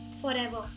forever